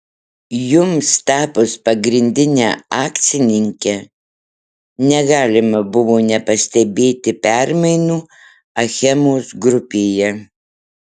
jums tapus pagrindine akcininke negalima buvo nepastebėti permainų achemos grupėje